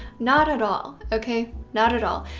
not at all, okay, not at all.